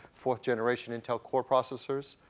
fourth-generation intel core processors,